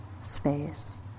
space